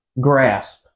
grasp